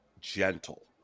gentle